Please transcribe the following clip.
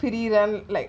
pity them like